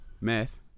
Meth